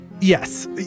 Yes